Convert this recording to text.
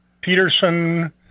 Peterson